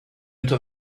into